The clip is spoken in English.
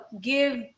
give